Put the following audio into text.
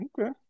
Okay